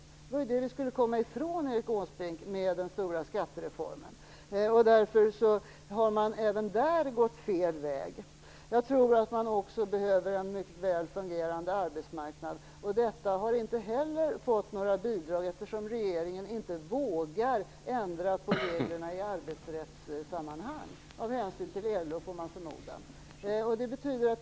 Det var ju det som vi skulle komma ifrån, Erik Åsbrink, med den stora skattereformen. Därför har man även där gått fel väg. Jag tror att man också behöver en mycket väl fungerande arbetsmarknad, och regeringen har inte heller bidragit till detta, eftersom den inte vågar ändra på reglerna i arbetsrättssammanhang - man får förmoda att det är av hänsyn till LO.